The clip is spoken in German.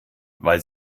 weil